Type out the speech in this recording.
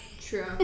True